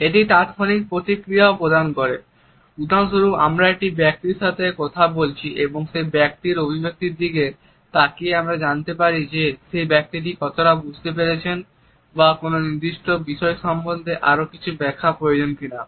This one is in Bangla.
এটি তাৎক্ষণিক প্রতিক্রিয়াও প্রদান করে উদাহরণস্বরূপ আমরা একজন ব্যক্তির সাথে কথা বলছি এবং সেই ব্যক্তির অভিব্যক্তির দিকে তাকিয়ে আমরা জানতে পারি যে সেই ব্যক্তি কতটা বুঝতে পেরেছেন বা কোনও নির্দিষ্ট বিষয় সম্বন্ধে আরও কিছু ব্যাখ্যা প্রয়োজন কিনা